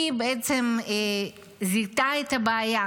היא זיהתה את הבעיה,